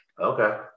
okay